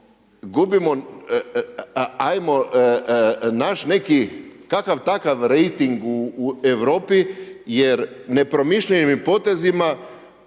gubimo, ajmo naći neki kakav takav rejting u Europi jer nepromišljenim potezima